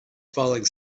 falling